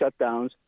shutdowns